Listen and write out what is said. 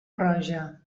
roja